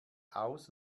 aus